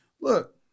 look